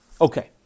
Okay